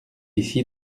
ici